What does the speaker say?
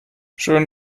schön